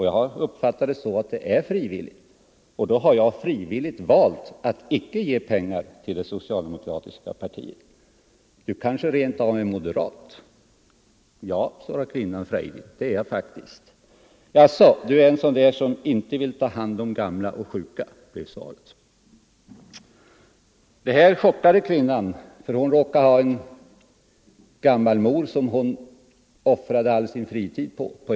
Jag har uppfattat det så att det är frivilligt, och då har jag frivilligt valt att icke ge pengar till det socialdemokratiska partiet. = Du kanske rent av är moderat? — Ja, svarade kvinnan frejdigt, det är jag faktiskt. — Jaså, du är en sådan där som inte vill ta hand om gamla och sjuka, löd kommentaren. Det här chockade kvinnan, för hon råkade ha en gammal mor på ett sjukhem som hon offrade all sin fritid på.